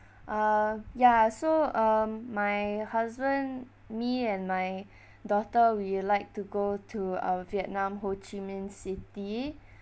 uh ya so um my husband me and my daughter we like to go to uh vietnam ho chi minh city